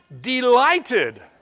delighted